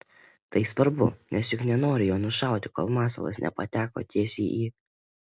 tai svarbu nes juk nenori jo nušauti kol masalas nepateko tiesiai į